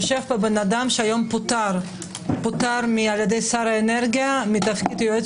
יושב פה אדם שפוטר היום על ידי שר האנרגיה מתפקיד יועץ